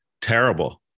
terrible